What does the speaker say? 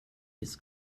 finns